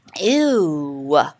Ew